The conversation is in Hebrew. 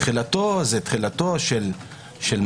תחילתו זה תחילת מעצר,